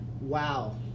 Wow